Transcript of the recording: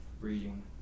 reading